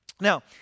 Now